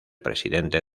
presidente